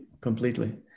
completely